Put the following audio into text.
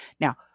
now